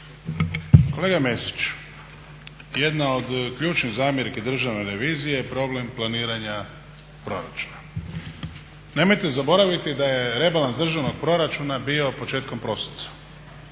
Kolega Mesić, jedna od ključnih zamjerki Državne revizije je problem planiranja proračuna. Nemojte zaboraviti da je rebalans državnog proračuna bio početkom prosinca.